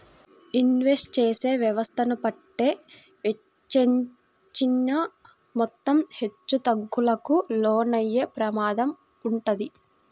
invest చేసే వ్యవస్థను బట్టే వెచ్చించిన మొత్తం హెచ్చుతగ్గులకు లోనయ్యే ప్రమాదం వుంటది